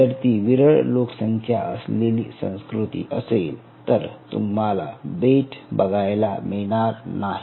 जर ती विरळ लोकसंख्या असलेली संस्कृती असेल तर तुम्हाला बेट बघायला मिळणार नाही